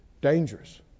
Dangerous